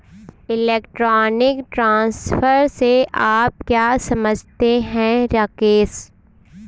Electronic transfer से आप क्या समझते हैं, राकेश?